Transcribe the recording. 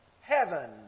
heaven